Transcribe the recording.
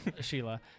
Sheila